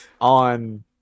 on